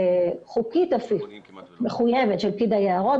אפילו חוקית ומחויבת, של פקיד היערות.